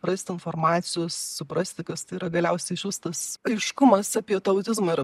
rasti informacijos suprasti kas tai yra galiausiai išvis tas aiškumas apie tą autizmą yra